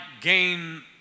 gain